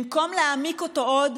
במקום להעמיק אותו עוד,